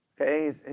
Okay